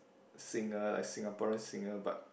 singer like Singaporean singer but